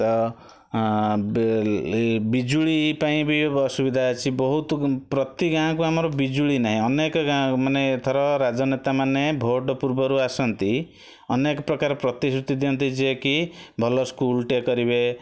ତ ବିଲି ବିଜୁଳି ପାଇଁ ବି ଅସୁବିଧା ଅଛି ବହୁତ ପ୍ରତି ଗାଁକୁ ଆମର ବିଜୁଳି ନାହିଁ ଅନେକ ଗାଁ ମାନେ ଏଥର ରାଜନେତା ମାନେ ଭୋଟ୍ ପୂର୍ବରୁ ଆସନ୍ତି ଅନେକ ପ୍ରକାର ପ୍ରତିଶୃତି ଦିଅନ୍ତି ଯେ କି ଭଲ ସ୍କୁଲଟେ କରିବେ